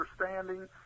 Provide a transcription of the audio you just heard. understanding